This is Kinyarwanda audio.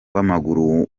w’amaguru